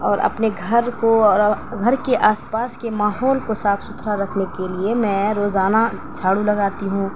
اور اپنے گھر کو گھر کے آس پاس کے ماحول کو صاف ستھرا رکھنے کے لیے میں روزانہ جھاڑو لگاتی ہوں